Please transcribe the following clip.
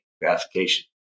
gratification